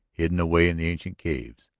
hidden away in the ancient caves,